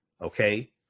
okay